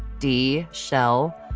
dee, shel,